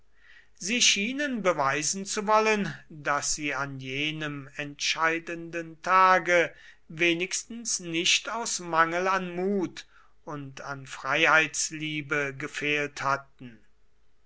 sie schienen beweisen zu wollen daß sie an jenem entscheidenden tage wenigstens nicht aus mangel an mut und an freiheitsliebe gefehlt hatten